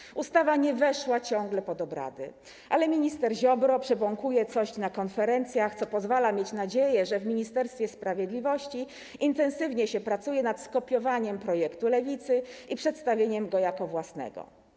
Projekt ustawy nie wszedł ciągle pod obrady, ale minister Ziobro przebąkuje coś na konferencjach, co pozwala mieć nadzieję, że w Ministerstwie Sprawiedliwości intensywnie się pracuje nad skopiowaniem projektu Lewicy i przedstawieniem go jako własnego.